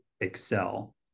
excel